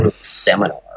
Seminar